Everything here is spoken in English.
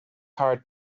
heart